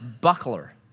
buckler